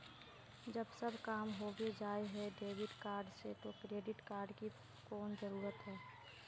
जब सब काम होबे जाय है डेबिट कार्ड से तो क्रेडिट कार्ड की कोन जरूरत है?